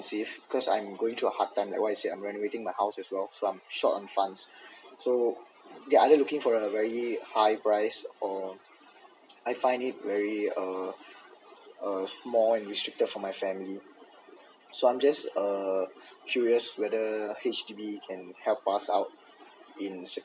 expensive cause I'm going through a hard time like what I'm saying I'm renovating my house as well so I'm short on funds so yeah either looking for a very high price or I find it very uh uh small and restricted for my family so I'm just uh curious whether H_D_B can help us out in